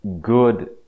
good